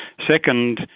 second,